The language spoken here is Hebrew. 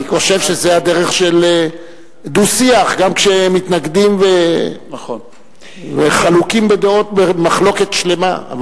אני חושב שזה הדרך של דו-שיח גם כשמתנגדים וחלוקים בדעות מחלוקת שלמה.